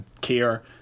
care